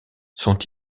sont